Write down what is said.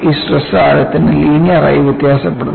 ഈ സ്ട്രെസ് ആഴത്തിന് ലീനിയർ ആയി വ്യത്യാസപ്പെടുന്നു